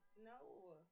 No